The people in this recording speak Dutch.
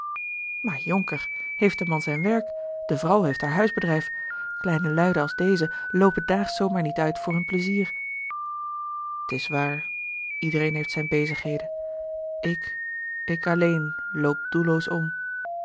maar jonker heeft de man zijn werk de vrouw heeft a l g bosboom-toussaint de delftsche wonderdokter eel haar huisbedrijf kleine luiden als deze loopen daags zoo maar niet uit voor hun pleizier t is waar iedereen heeft zijne bezigheden ik ik alleen loop doelloos om